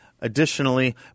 additionally